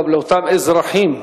גם לאותם אזרחים,